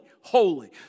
holy